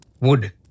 wood